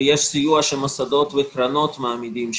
ויש סיוע שמוסדות וקרנות מעמידים,